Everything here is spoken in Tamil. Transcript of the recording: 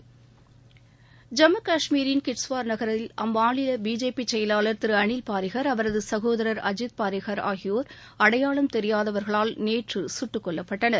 ஐம்மு கஷ்மீரின் கிஷ்ட்வார் நகரில் அம்மாநில பிஜேபி செயலாளர் திரு அளில் பாரிஹர் அவரது சகோதரர் அஜித் பாரிஹர் ஆகியோர் அடையாளம் தெரியாதவர்களால் நேற்று கட்டுக் கொல்லப்பட்டனர்